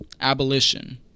abolition